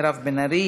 מירב בן ארי,